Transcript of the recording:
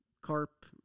carp